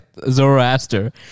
Zoroaster